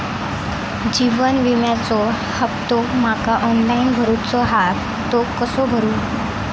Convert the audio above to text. जीवन विम्याचो हफ्तो माका ऑनलाइन भरूचो हा तो कसो भरू?